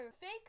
fake